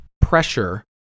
pressure